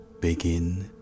begin